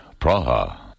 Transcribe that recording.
Praha